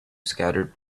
scattered